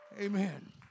Amen